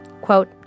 quote